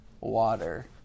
water